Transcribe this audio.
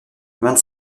vingt